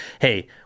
hey